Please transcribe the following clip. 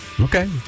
Okay